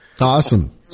Awesome